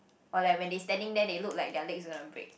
or like when they standing then they look like their legs are gonna break